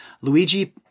Luigi